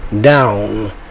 down